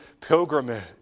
pilgrimage